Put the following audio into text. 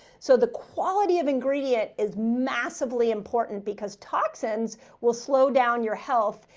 so the quality of ingredient is massively important because toxins will slow down your health.